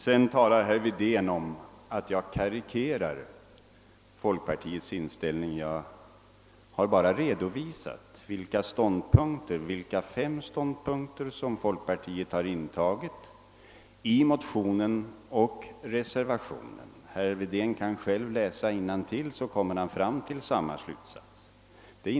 Sedan talade herr Wedén om att jag karikerade folkpartiets inställning. Jag har bara redovisat vilka fem ståndpunkter som folkpartiet har intagit 1 motionen och i reservationen. Herr Wedén kan själv läsa innantill så kommer han till samma slutsats.